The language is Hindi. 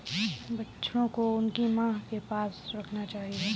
बछड़ों को उनकी मां के पास रखना चाहिए